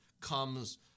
comes